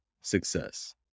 success